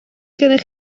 gennych